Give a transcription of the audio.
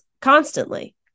constantly